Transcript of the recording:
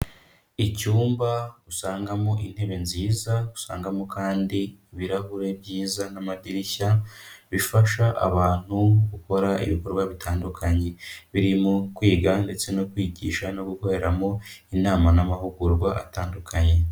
Icyumba usangamo intebe nziza, usangamo kandi ibirahuri byiza n'amadirishya, bifasha abantu gukora ibikorwa bitandukanye, birimo kwiga ndetse no kwigisha no gukoreramo inama n'amahugurwa atandukanye.